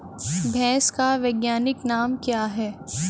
भैंस का वैज्ञानिक नाम क्या है?